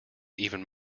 even